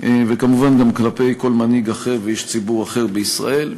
וכמובן גם כלפי כל מנהיג אחר ואיש ציבור אחר בישראל.